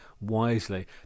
wisely